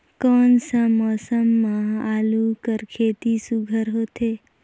कोन सा मौसम म आलू कर खेती सुघ्घर होथे?